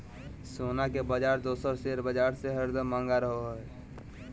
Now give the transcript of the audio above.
सोना के बाजार दोसर शेयर बाजार से हरदम महंगा रहो हय